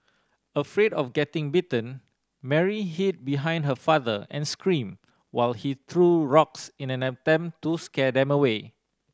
afraid of getting bitten Mary hid behind her father and screamed while he threw rocks in an attempt to scare them away